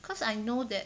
cause I know that